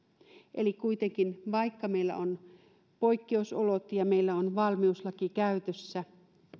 eli kuitenkin vaikka meillä on poikkeusolot ja meillä on valmiuslaki käytössä